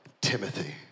Timothy